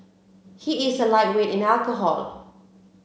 he is a lightweight in alcohol